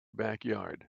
backyard